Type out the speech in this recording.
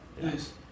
Nice